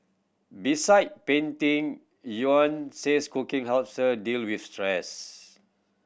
beside painting Yvonne says cooking helps her deal with stress